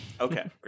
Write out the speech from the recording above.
okay